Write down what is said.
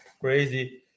crazy